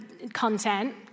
content